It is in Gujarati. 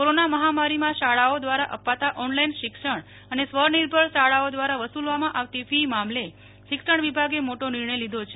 કોરોન મહામારીમાં શાળાઓ દ્વારા અપાતા ઓનલાઈન શિક્ષણ અને સ્વનિર્ભર શાળાઓ દ્વારા વસુલવામાં આવતી ફી મામલે શિક્ષણ વિભાગે મોટો નિર્ણય લીધો છે